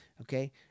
Okay